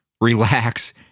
relax